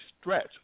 stretch